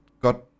got